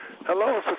Hello